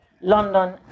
London